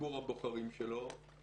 ציבור הבוחרים שלו,